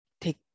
take